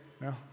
no